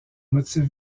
motifs